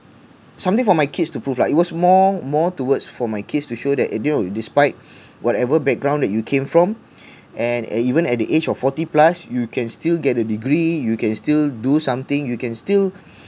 something for my kids to prove lah it was more more towards for my kids to show that at the end despite whatever background that you came from and even at the age of forty plus you can still get a degree you can still do something you can still